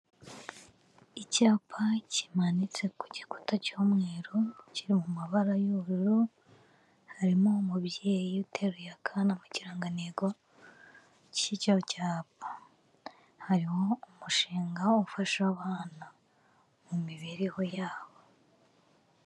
Icyapa kimanitse ku gikuta cy'umweru, kiri mu mabara y'ubururu harimo umubyeyi uteruye akana mu kirangantego cy'icyo cyapa, hariho umushinga ufasha abana mu mibereho yabo.